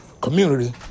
community